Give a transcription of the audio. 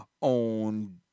on